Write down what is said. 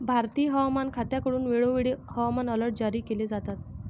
भारतीय हवामान खात्याकडून वेळोवेळी हवामान अलर्ट जारी केले जातात